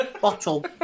Bottle